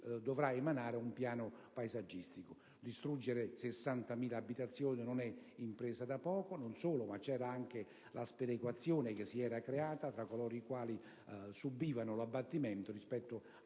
dovrà emanare un piano paesaggistico. Distruggere 60.000 abitazioni non è impresa da poco; non solo, c'era anche la sperequazione che si era creata tra coloro che subivano l'abbattimento rispetto